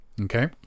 okay